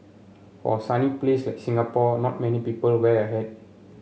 for a sunny place like Singapore not many people wear a hat